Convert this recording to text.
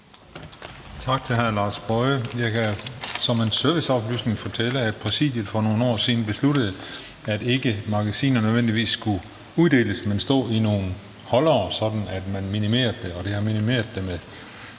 Tak til hr. Lars Boje Mathiesen. Jeg kan som en serviceoplysning fortælle, at Præsidiet for nogle år siden besluttede, at magasinerne ikke nødvendigvis skulle uddeles, men skulle stå i nogle holdere, sådan at man minimerede omfanget af dem, og det har minimeret omfanget med